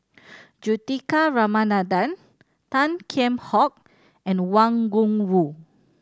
Juthika Ramanathan Tan Kheam Hock and Wang Gungwu